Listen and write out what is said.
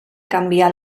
canviar